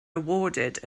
awarded